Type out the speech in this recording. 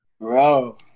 Bro